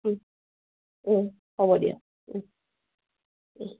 হ'ব দিয়া